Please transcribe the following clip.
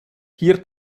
hier